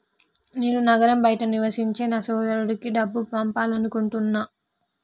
నేను నగరం బయట నివసించే నా సోదరుడికి డబ్బు పంపాలనుకుంటున్నా